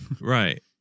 Right